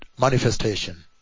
manifestation